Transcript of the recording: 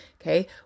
okay